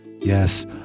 Yes